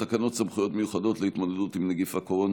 תקנות סמכויות מיוחדות להתמודדות עם נגיף הקורונה